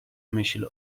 myśl